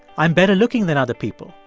i'm better looking than other people.